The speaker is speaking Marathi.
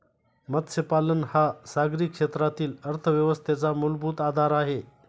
मत्स्यपालन हा सागरी क्षेत्रातील अर्थव्यवस्थेचा मूलभूत आधार आहे